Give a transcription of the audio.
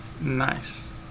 Nice